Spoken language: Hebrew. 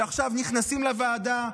שעכשיו נכנסים לוועדה.